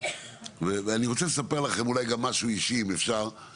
אם אפשר, אני רוצה לספר לכם גם משהו אישי בהתחלה.